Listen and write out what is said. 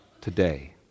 today